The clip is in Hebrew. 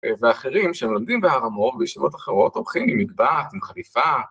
‫ואחרים שמלמדים בהר אמור ו‫בישיבות אחרות הולכים עם מגבעת, עם חליפה.